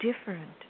different